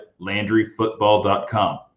LandryFootball.com